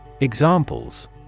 Examples